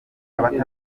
abatari